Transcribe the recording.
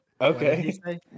Okay